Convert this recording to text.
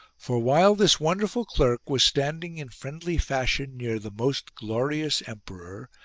for, while this wonderful clerk was standing in friendly fashion near the most glorious emperor,